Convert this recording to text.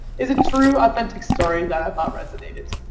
it's a true authentic story that i thought resonated.